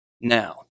Now